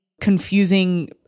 confusing